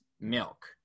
milk